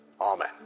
Amen